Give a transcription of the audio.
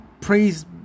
praise